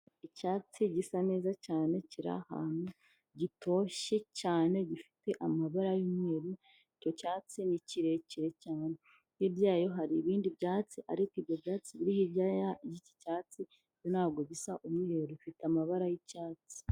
Icyatsi gisa neza cyane kiri ahantu gitoshye cyane gifite amabara y'umweru icyo cyatsi ni kirekire cyane hirya yaho hari ibindi byatsi ariko ibyo byatsi biri hirya y'iki cyatsi byo ntabwo bisa umweru bifite amabara y'icyatsi.